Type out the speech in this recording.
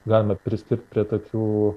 galima priskirt prie tokių